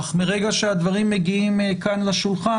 אך מרגע שהדברים מגיעים כאן לשולחן,